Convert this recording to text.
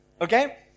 Okay